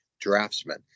draftsman